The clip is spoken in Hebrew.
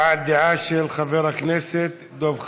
הבעת דעה של חבר הכנסת דב חנין.